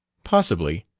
possibly.